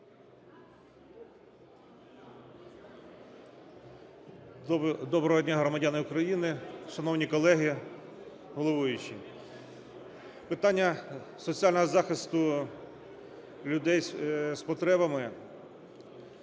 Доброго дня, громадяни України, шановні колеги, головуючий! Питання соціального захисту людей з потребами